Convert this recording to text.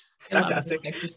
fantastic